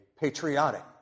patriotic